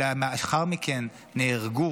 שלאחר מכן נהרגו